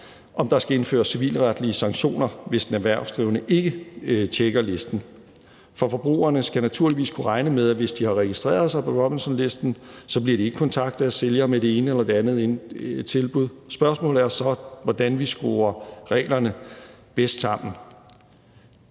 om der skal indføres civilretlige sanktioner, hvis en erhvervsdrivende ikke tjekker listen. For forbrugerne skal naturligvis kunne regne med, at hvis de har registreret sig på Robinsonlisten, så bliver de ikke kontaktet af sælgere med det ene eller det andet tilbud. Spørgsmålet er så, hvordan vi skruer reglerne bedst sammen.